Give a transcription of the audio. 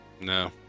No